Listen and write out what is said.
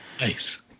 nice